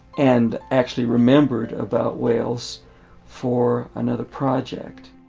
and actually remembered about wales for another project.